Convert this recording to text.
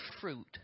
fruit